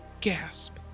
Gasp